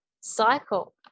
cycle